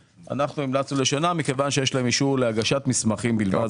המלצנו לשנה מכיוון שיש להם אישור להגשת מסמכים בלבד.